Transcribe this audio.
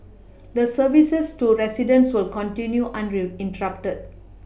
the services to residents will continue uninterrupted